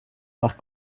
par